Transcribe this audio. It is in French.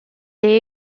est